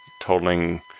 totaling